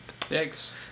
Thanks